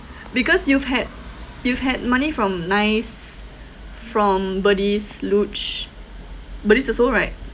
because you've had you've had money from NICE from buddies luge buddies also right